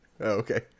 okay